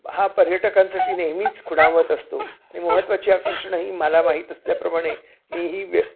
हा पर्यटकांसाठी नेहमीच खुणावत असतो आणि महत्त्वाची आकर्षणही मला माहीत असल्याप्रमाणे मी ही व्य